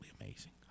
amazing